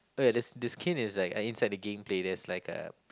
okay the the skin is like uh inside the game play there's like a